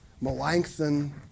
Melanchthon